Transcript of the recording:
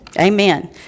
Amen